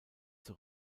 zur